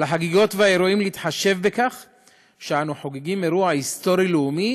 על החגיגות והאירועים להתחשב בכך שאנו חוגגים אירוע היסטורי לאומי,